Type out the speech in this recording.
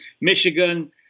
Michigan